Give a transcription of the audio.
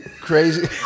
Crazy